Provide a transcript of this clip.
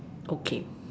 okay